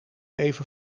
even